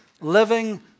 living